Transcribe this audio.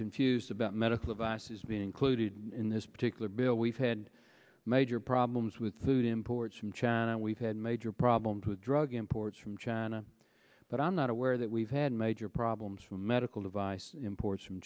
confused about medical devices being included in this particular bill we've had major problems with food imports from china and we've had major problems with drug imports from china but i'm not aware that we've had major problems from medical device imports from